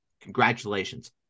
Congratulations